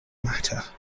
matter